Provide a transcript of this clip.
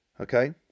Okay